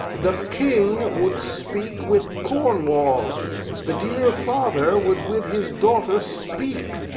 the king would speak with cornwall the dear father would with his daughter speak,